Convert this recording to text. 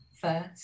first